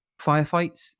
Firefights